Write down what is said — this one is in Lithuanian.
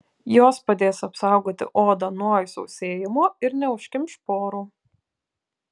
jos padės apsaugoti odą nuo išsausėjimo ir neužkimš porų